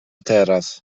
teraz